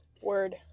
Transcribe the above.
Word